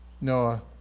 Noah